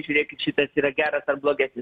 žiūrėkit šitas yra geras ar blogesnis